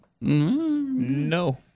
No